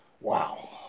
Wow